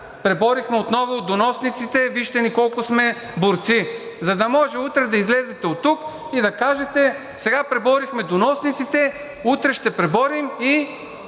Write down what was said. преборихме отново доносниците, вижте ни колко сме борци. За да може утре да излезете оттук и да кажете: сега преборихме доносниците, утре ще преборим и